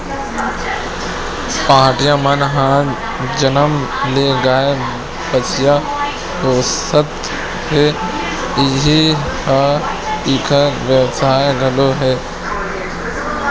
पहाटिया मन ह जनम ले गाय, भइसी पोसत हे इही ह इंखर बेवसाय घलो हे